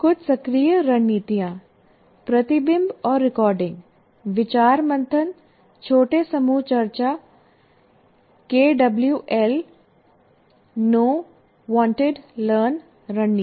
कुछ सक्रिय रणनीतियाँ प्रतिबिंब और रिकॉर्डिंग विचार मंथन छोटे समूह चर्चा K W L know wanted learn रणनीति